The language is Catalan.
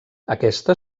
aquesta